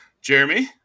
Jeremy